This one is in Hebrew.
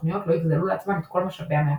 ושתוכניות לא יגזלו לעצמן את כל משאבי המעבד.